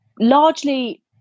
Largely